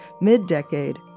Mid-decade